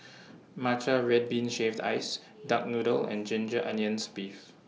Matcha Red Bean Shaved Ice Duck Noodle and Ginger Onions Beef